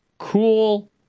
cool